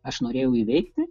aš norėjau įveikti